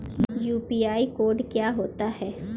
UPI code क्या होता है?